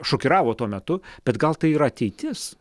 šokiravo tuo metu bet gal tai yra ateitis